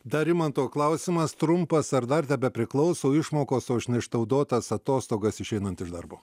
dar rimanto klausimas trumpas ar dar tebepriklauso išmokos už neišnaudotas atostogas išeinant iš darbo